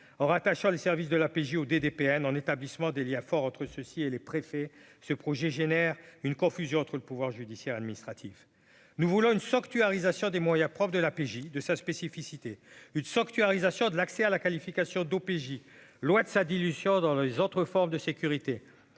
attachant les services de la PJ des des PN en établissement Liens forts entre ceci et les préfets, ce projet génère une confusion entre le pouvoir judiciaire, administratif, nous voulons une sanctuarisation des moyens prof de la PJ de sa spécificité, une sanctuarisation de l'accès à la qualification d'OPJ loi de sa dilution dans les autres formes de sécurité